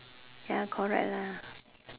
ya correct lah